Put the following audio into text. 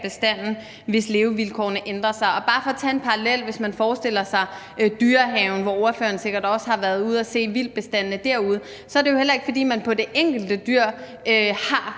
bestanden, hvis levevilkårene ændrer sig. Bare for at tage en parallel: Lad os forestille os Dyrehaven, hvor ordføreren sikkert også har været ude at se vildtbestandene. Derude er det jo heller ikke sådan, at man på det enkelte dyr har